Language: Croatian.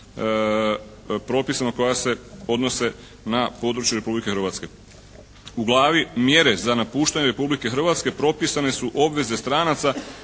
propisom koja se odnose na područje Republike Hrvatske. U glavi mjere za napuštanje Republike Hrvatske propisane su obveze stranaca